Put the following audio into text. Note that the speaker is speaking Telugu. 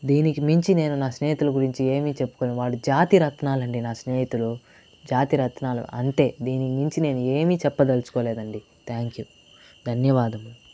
దీనికి మించి నేను నా స్నేహితులు గురించి ఏమీ చెప్పకోను జాతి రత్నాలు అండి నా స్నేహితులు జాతి రత్నాలు అంతే దీనికి మించి నేను ఏమీ చెప్పదలుచుకోలేదండి థ్యాంక్ యూ ధన్యవాదములు